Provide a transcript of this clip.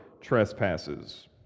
trespasses